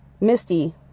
Misty